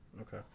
Okay